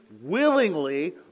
willingly